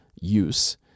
use